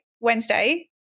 Wednesday